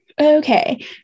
Okay